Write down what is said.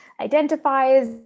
identifies